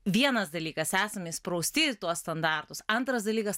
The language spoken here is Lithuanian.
vienas dalykas esam įsprausti į tuos standartus antras dalykas